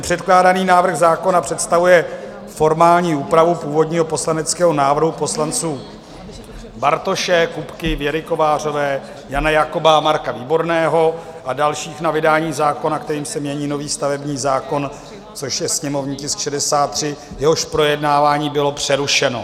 Předkládaný návrh zákona představuje formální úpravu původního poslaneckého návrhu poslanců Bartoše, Kupky, Věry Kovářové, Jana Jakoba a Marka Výborného a dalších na vydání zákona, kterým se mění nový stavební zákon, což je sněmovní tisk 63, jehož projednávání bylo přerušeno.